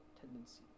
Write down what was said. tendency